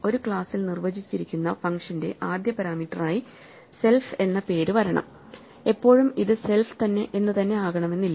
ഒരു ക്ലാസിൽ നിർവചിച്ചിരിക്കുന്ന ഫങ്ങ്ഷന്റെ ആദ്യ പരാമീറ്ററായി സെൽഫ് എന്ന പേര് വേണം എപ്പോഴും ഇത് സെൽഫ് എന്ന് തന്നെ ആകണമെന്നില്ല